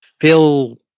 fill